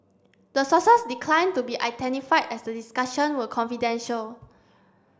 the sources declined to be identified as the discussion were confidential